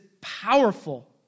powerful